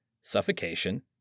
suffocation